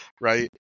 right